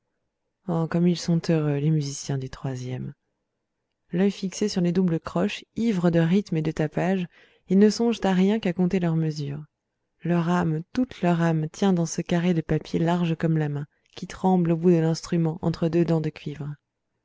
oh comme ils sont heureux les musiciens du e l'œil fixé sur les doubles croches ivres de rythme et de tapage ils ne songent à rien qu'à compter leurs mesures leur âme toute leur âme tient dans ce carré de papier large comme la main qui tremble au bout de l'instrument entre deux dents de cuivre